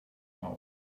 out